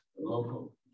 local